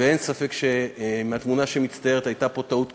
ואין ספק שמהתמונה שמצטיירת הייתה פה טעות קשה,